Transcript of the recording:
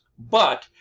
but,